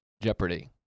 Jeopardy